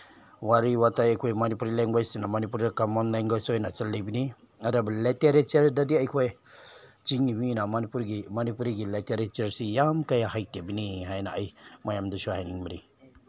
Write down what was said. ꯋꯥꯔꯤ ꯋꯥꯇꯥꯏ ꯑꯩꯈꯣꯏ ꯃꯅꯤꯄꯨꯔꯤ ꯂꯦꯡꯒ꯭ꯋꯦꯖꯁꯤꯅ ꯃꯅꯤꯄꯨꯔꯗ ꯀꯃꯟ ꯂꯦꯡꯒ꯭ꯋꯦꯖ ꯑꯣꯏꯅ ꯆꯟꯂꯤꯕꯅꯤ ꯑꯗꯨꯕꯨ ꯂꯤꯇꯔꯦꯆꯔꯗꯗꯤ ꯑꯩꯈꯣꯏ ꯆꯤꯡꯒꯤ ꯃꯤꯅ ꯃꯅꯤꯄꯨꯔꯒꯤ ꯃꯅꯤꯄꯨꯔꯤꯒꯤ ꯂꯤꯇꯔꯦꯆꯔꯁꯤ ꯌꯥꯝ ꯀꯌꯥ ꯍꯩꯇꯕꯅꯤ ꯍꯥꯏꯅ ꯑꯩ ꯃꯌꯥꯝꯗꯁꯨ ꯍꯥꯏꯅꯤꯡꯕꯅꯤ